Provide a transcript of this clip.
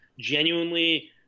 genuinely